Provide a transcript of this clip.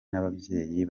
n’ababyeyi